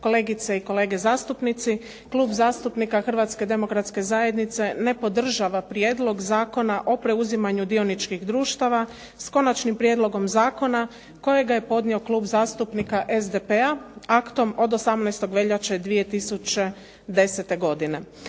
kolegice i kolege zastupnici. Klub zastupnika Hrvatske demokratske zajednice ne podržava Prijedlog zakona o preuzimanju dioničkih društava s Konačnim prijedlogom zakona kojega je podnio Klub zastupnika SDP-a aktom od 18. veljače 2010. godine.